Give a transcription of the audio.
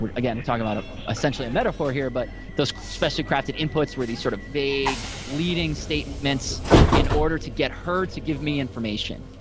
again, we're talking about ah essentially a metaphor here, but those specially crafted inputs were these sort of vague leading statements in order to get her to give me information.